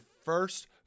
first